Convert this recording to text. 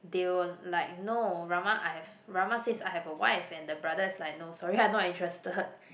they were like no Rahma I have Rahma says I have a wife and the brother is like no sorry I not interested